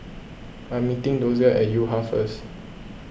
I am meeting Dozier at Yo Ha first